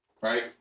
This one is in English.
right